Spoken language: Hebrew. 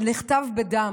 שנכתב בדם.